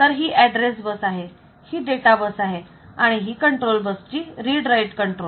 तर ही address bus आहे ही डेटा बस आहे आणि ही कंट्रोल बस ची रीड राईट कंट्रोल